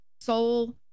soul